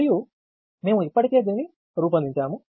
మరియు మేము ఇప్పటికే దీనిని రూపొందించాము